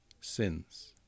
sins